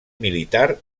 militar